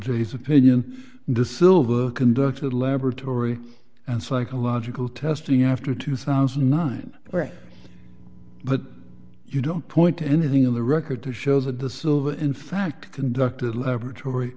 these opinion the silver conducted laboratory and psychological testing after two thousand and nine but you don't point to anything in the record to show that the silver in fact conducted laboratory